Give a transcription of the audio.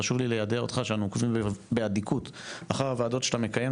חשוב לי ליידע אותך שאנו עוקבים באדיקות אחר הוועדות שאתה מקיים,